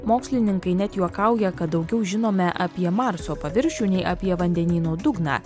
mokslininkai net juokauja kad daugiau žinome apie marso paviršių nei apie vandenyno dugną